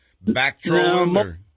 back-trolling